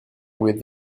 with